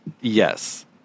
Yes